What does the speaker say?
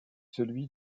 celui